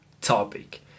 topic